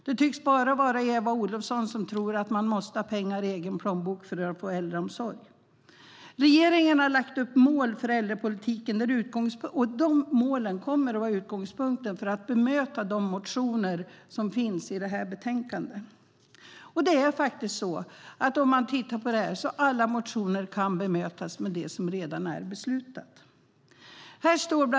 Det tycks bara vara Eva Olofsson som tror att man måste ha pengar i plånboken för att få äldreomsorg. Regeringen har satt upp mål för äldrepolitiken, och de målen kommer att vara utgångspunkten för att bemöta de motioner som behandlas i detta betänkande. Om vi tittar på motionerna ser vi att de alla kan bemötas med det som redan är beslutat.